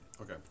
Okay